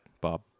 bob